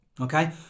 Okay